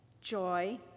joy